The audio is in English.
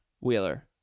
Wheeler